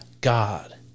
God